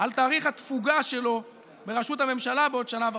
על תאריך התפוגה שלו בראשות הממשלה בעוד שנה וחצי.